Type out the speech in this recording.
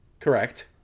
Correct